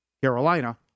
Carolina